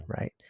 right